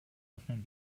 öffnen